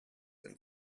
and